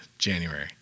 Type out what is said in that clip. January